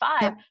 five